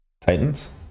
Titans